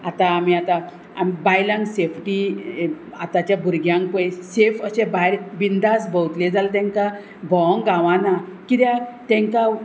आतां आमी आतां आमी बायलांक सेफ्टी आतांच्या भुरग्यांक पय सेफ अशें भायर बिंदास भोंवतले जाल्यार तेंकां भोंवोंग गांवाना कित्याक तेंकां